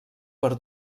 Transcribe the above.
per